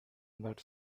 but